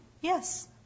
Yes